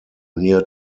near